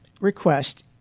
request